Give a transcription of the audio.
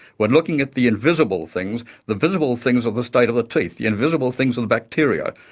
are looking at the invisible things. the visible things are the state of the teeth, the invisible things are the bacteria.